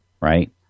Right